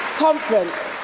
conference,